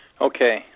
Okay